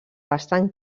bastant